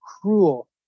cruel